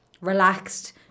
relaxed